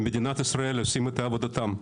ומדינת ישראל עושים את עבודתם.